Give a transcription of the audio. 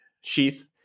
sheath